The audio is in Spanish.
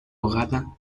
ahogada